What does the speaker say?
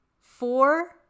four